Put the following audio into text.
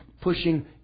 pushing